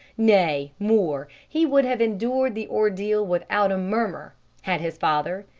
nay, more, he would have endured the ordeal without a murmur had his father,